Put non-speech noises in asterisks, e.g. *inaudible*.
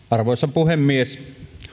*unintelligible* arvoisa puhemies